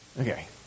Okay